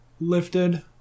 lifted